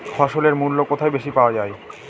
ফসলের মূল্য কোথায় বেশি পাওয়া যায়?